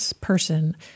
person